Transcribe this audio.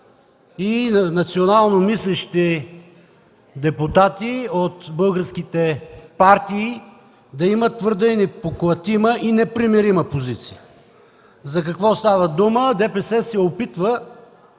и национално мислещи депутати от българските партии да имат твърда, непоклатима и непримирима позиция. За какво става дума? Движението